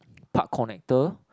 park connector